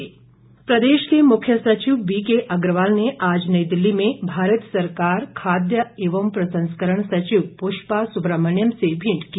मुख्य सचिव प्रदेश के मुख्य सचिव बीके अग्रवाल ने आज नई दिल्ली में भारत सरकार खाद्य एवं प्रसंस्करण सचिव पुष्पा सुब्रमण्यम से भेंट की